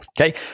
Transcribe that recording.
Okay